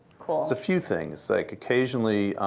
there's a few things. like occasionally,